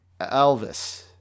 Elvis